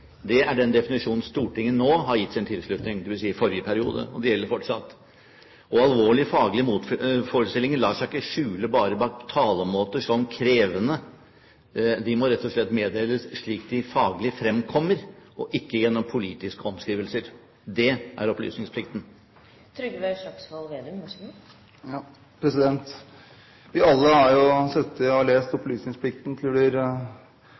Det er den definisjonen Stortinget nå har gitt sin tilslutning til, dvs. i forrige periode, og det gjelder fortsatt. Alvorlige faglige motforestillinger lar seg ikke skjule bak talemåter som «krevende», de må rett og slett meddeles slik de faglig fremkommer, og ikke gjennom politiske omskrivninger. Det er opplysningsplikten. Vi har alle sittet og lest om opplysningsplikten og praktiseringen av opplysningsplikten til vi